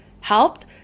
helped